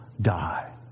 die